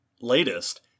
latest